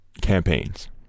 campaigns